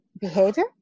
behavior